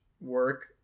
work